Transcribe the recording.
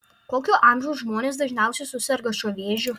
kokio amžiaus žmonės dažniausiai suserga šiuo vėžiu